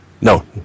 No